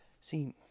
See